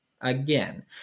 again